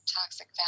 toxic